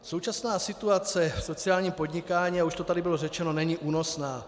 Současná situace v sociálním podnikání, a už to tady bylo řečeno, není únosná.